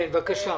כאשר